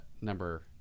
number